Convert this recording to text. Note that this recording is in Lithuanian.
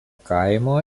kaimo